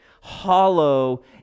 hollow